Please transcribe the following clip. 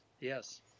Yes